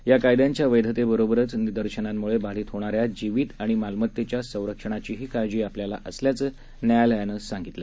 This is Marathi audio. या कायद्यांच्या वैधतेबरोबरच निदर्शनांमुळे बाधित होणाऱ्या जीवित आणि मालमत्तेच्या संरक्षणाचीही काळजी आपल्याला असल्याचं न्यायालयानं सांगितलं